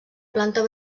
planta